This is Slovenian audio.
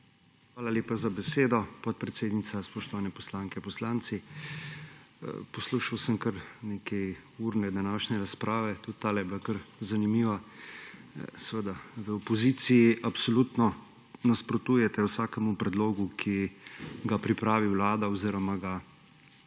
Hvala lepa za besedo, podpredsednica. Spoštovane poslanke, poslanci! Poslušal sem kar nekajurne današnje razprave in tudi tale je bila kar zanimiva. Seveda v opoziciji absolutno nasprotujete vsakemu predlogu, ki ga pripravi vlada oziroma ga